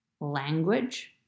Language